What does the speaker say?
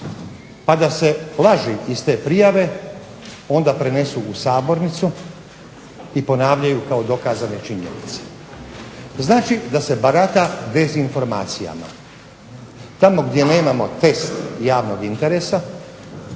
pa da se laži iz te prijave onda prenesu u Sabornicu i ponavljaju kao dokazane činjenice. Znači da se barata dezinformacijama. Tamo gdje nemamo test javnog interesa,